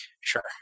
Sure